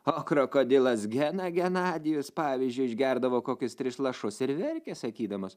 o krokodilas gena genadijus pavyzdžiui išgerdavo kokius tris lašus ir verkė sakydamas